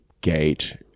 gate